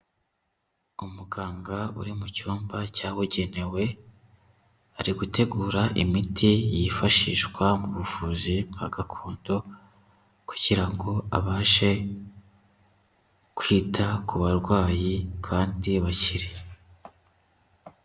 Umuganga uri mu cyumba cyabugenewe, ari gutegura imiti yifashishwa mu buvuzi bwa gakondo, kugira ngo abashe kwita ku barwayi kandi bakire.